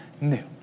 new